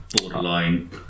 borderline